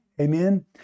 Amen